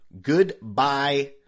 Goodbye